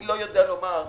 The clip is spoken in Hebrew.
אני לא יודע לומר,